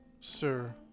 sir